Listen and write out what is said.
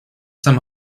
some